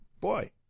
Boy